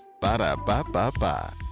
Ba-da-ba-ba-ba